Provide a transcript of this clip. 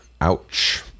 Ouch